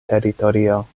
teritorio